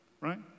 right